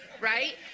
right